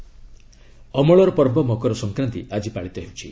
ମକର ସଂକ୍ରାନ୍ତି ଅମଳର ପର୍ବ ମକର ସଂକ୍ରାନ୍ତି ଆଜି ପାଳିତ ହେଉଛି